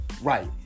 Right